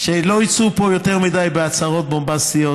שלא ייצאו פה יותר מדי בהצהרות בומבסטיות,